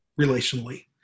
relationally